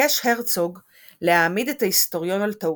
ביקש הרצוג להעמיד את ההיסטוריון על טעותו.